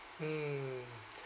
mm